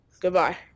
Goodbye